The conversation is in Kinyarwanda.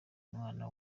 umwana